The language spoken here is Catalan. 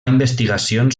investigacions